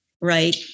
right